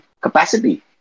capacity